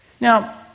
Now